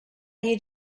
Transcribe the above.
you